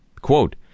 Quote